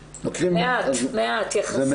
מעט, זה מעט יחסית.